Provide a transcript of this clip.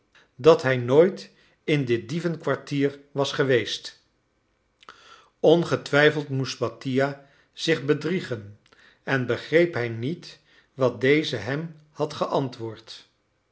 dat hij nooit in dit dieven kwartier was geweest ongetwijfeld moest mattia zich bedriegen en begreep hij niet wat deze hem had geantwoord